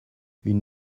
une